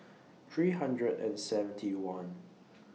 three hundred and seventy one